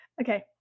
Okay